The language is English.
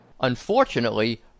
Unfortunately